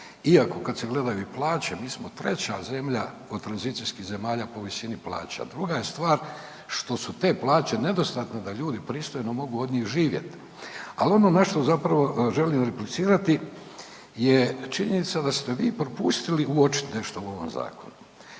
Iako, kad se gledaju i plaće, mi smo 3. zemlja od tranzicijskih zemalja po visini plaće, a druga je stvar što su te plaće nedostatne da ljudi pristojno mogu od njih živjeti, ali ono na što zapravo želim replicirati je činjenica da ste vi propustili uočiti nešto u ovom zakonu.